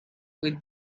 with